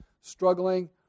struggling